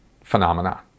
phenomena